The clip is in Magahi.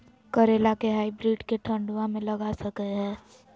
करेला के हाइब्रिड के ठंडवा मे लगा सकय हैय?